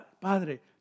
padre